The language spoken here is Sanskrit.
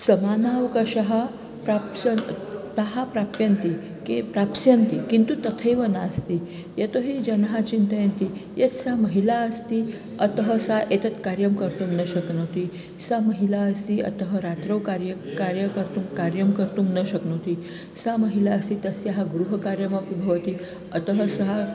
समानावकाशः प्राप्नोति ताः प्राप्नुवन्ति काः प्राप्स्यन्ति किन्तु तथैव नास्ति यतो हि जनाः चिन्तयन्ति यत् सा महिला अस्ति अतः सा एतत् कार्यं कर्तुं न शक्नोति सा महिला अस्ति अतः रात्रौ कार्यं कार्यं कर्तुं कार्यं कर्तुं न शक्नोति सा महिला अस्ति तस्याः गृहकार्यमपि भवति अतः सा